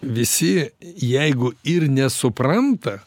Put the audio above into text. visi jeigu ir nesupranta